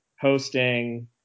hosting